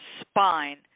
spine